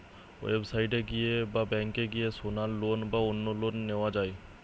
website এ গিয়ে বা ব্যাংকে গিয়ে সোনার লোন বা অন্য লোন নেওয়া যায়